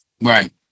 right